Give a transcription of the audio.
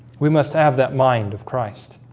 we must have that mind of christ